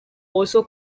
also